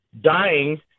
dying